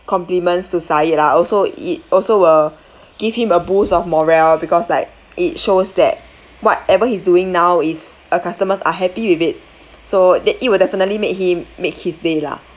compliments to sayid lah also it also will give him a boost of morale because like it shows that whatever he's doing now is a uh customers are happy with it so that it will definitely make him make his day lah